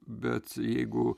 bet jeigu